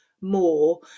more